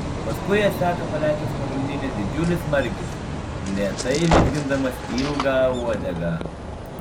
paskui jas seka paleistas nuo grandinės didžiulis margis lėtai vizgindamas ilgą uodegą